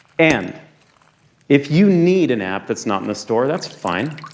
and if you need an app that's not in the store, that's fine.